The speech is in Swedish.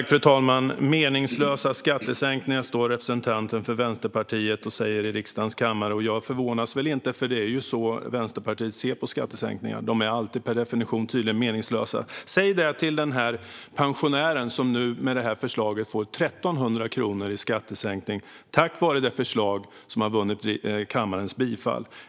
Fru talman! Meningslösa skattesänkningar, står representanten för Vänsterpartiet och säger i riksdagens kammare. Jag förvånas inte, för det är så Vänsterpartiet ser på skattesänkningar: De är alltid per definition meningslösa. Men säg det till den pensionär som får 1 300 kronor i skattesänkning tack vare det förslag som vann kammarens bifall.